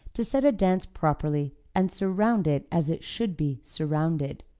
to set a dance properly and surround it as it should be surrounded.